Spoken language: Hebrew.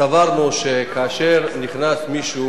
אנחנו גם בוועדה סברנו, שכאשר נכנס מישהו